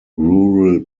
rural